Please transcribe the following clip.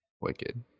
wicked